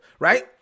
right